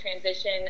transition